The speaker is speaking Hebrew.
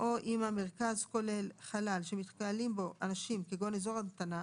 או אם המרכז כולל חלל שמתקהלים בו אנשים כגון אזור המתנה,